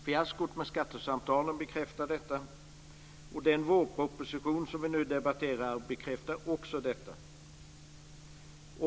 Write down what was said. Fiaskot med skattesamtalen bekräftar detta. Den vårproposition som vi nu debatterar bekräftar också detta.